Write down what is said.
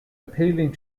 appealing